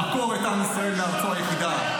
לעקור את עם ישראל מארצו היחידה.